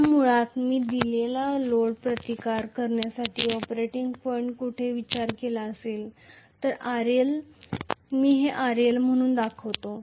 आता मुळात मी दिलेला लोड रेझिस्टन्स करण्यासाठीचा ऑपरेटिंग पॉईंट कुठे विचार केला असेल तर RL मी हे RL म्हणून दाखवते